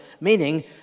meaning